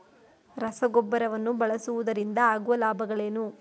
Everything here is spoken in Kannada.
ರಸಗೊಬ್ಬರವನ್ನು ಬಳಸುವುದರಿಂದ ಆಗುವ ಲಾಭಗಳೇನು?